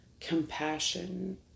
compassion